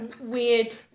Weird